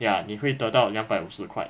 ya 你会得到两百五十块